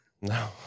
No